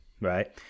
right